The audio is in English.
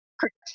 Correct